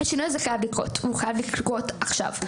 השינוי הזה חייב לקרות, והוא חייב לקרות עכשיו.